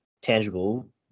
tangible